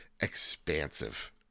expansive